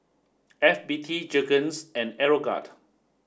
F B T Jergens and Aeroguard